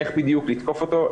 איך בדיוק לתקוף אותו,